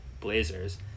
Blazers